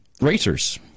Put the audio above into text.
racers